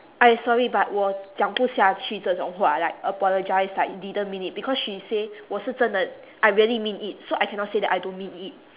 !aiya! sorry but 我讲不下去这种话 like apologise like didn't mean it because she say 我是真的 I really mean it so I cannot say that I don't mean it